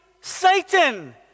Satan